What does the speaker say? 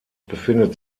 befindet